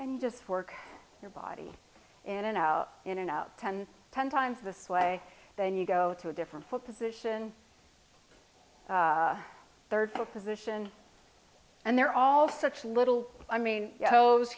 and just work your body in and out in and out ten ten times this way then you go to a different foot position third a position and they're all such little i mean those